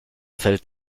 fällt